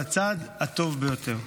על הצד טוב ביותר.